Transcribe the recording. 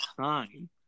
time